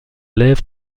lèvre